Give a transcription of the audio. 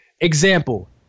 Example